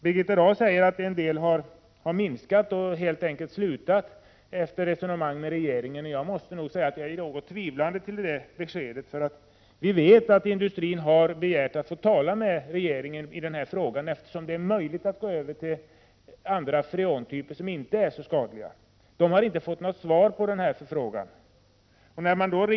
Birgitta Dahl säger att somliga har minskat utsläppen, eller helt enkelt upphört med dem, efter resonemang med regeringen, men jag måste säga att jag ställer mig något tvivlande. Vi vet att industrirepresentanter har begärt att få tala med regeringen i denna fråga, eftersom det är möjligt att gå över till andra freontyper som inte är så skadliga. Representanterna har inte fått något svar på sina frågor.